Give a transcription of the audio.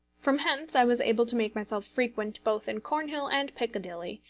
from hence i was able to make myself frequent both in cornhill and piccadilly,